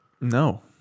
No